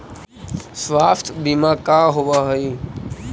स्वास्थ्य बीमा का होव हइ?